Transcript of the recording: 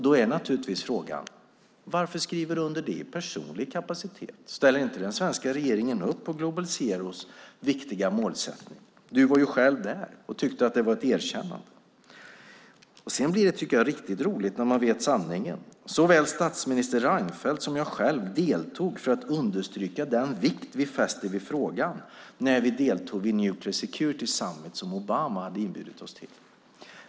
Då är naturligtvis frågan: Varför skriver du under det i personlig kapacitet? Ställer inte den svenska regeringen upp på Global Zeros viktiga målsättning? Du var ju själv där och tyckte att det var ett erkännande. Sedan tycker jag att det blir riktigt roligt när man vet sanningen. "Såväl statsminister Reinfeldt som jag själv deltog för att understryka den vikt vi fäster vid frågan." Det var när ni deltog i Nuclear Security Summit som president Obama hade inbjudit till.